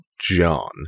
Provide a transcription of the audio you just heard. John